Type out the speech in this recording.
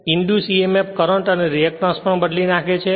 induce emf current અને reactance પણ બદલી નાખે છે